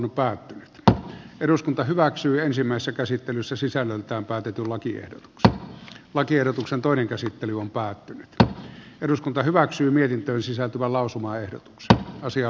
puhemiesneuvosto ehdottaa että eduskunta hyväksyy ensimmäistä käsittelyssä sisällöltään päätetyn lakiehdotuksen lakiehdotuksen toinen käsittely on päättynyt jo eduskunta hyväksyi mietintöön sisältyvä lausumaehdotuksella asiaa